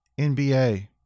NBA